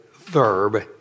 verb